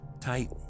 tight